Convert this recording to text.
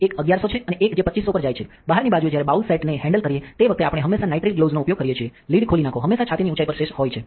એક 1100 છે અને એક જે 2500 પર જાય છે બહારની બાજુએ જ્યારે બાઉલ સેટને હેન્ડલ કરીએ તે વખતે આપણે હંમેશા નાઇટ્રિલ ગ્લોવ્સનો ઉપયોગ કરીએ છીએ લીડ ખોલી નાખો હંમેશા છાતીની ઊંચાઈ પર સેશ હોય છે